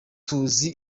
tuzi